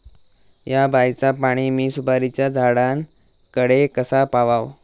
हया बायचा पाणी मी सुपारीच्या झाडान कडे कसा पावाव?